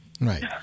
Right